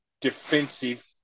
defensive